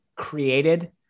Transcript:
created